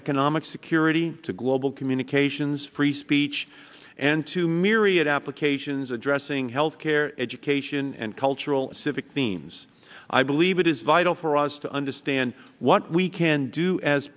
economic security to global communications free speech and to myriad applications addressing health care education and cultural civic themes i believe it is vital for us to understand what we can do as